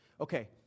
Okay